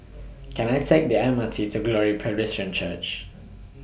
Can I Take The M R T to Glory Presbyterian Church